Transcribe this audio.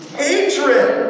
hatred